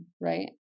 right